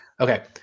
Okay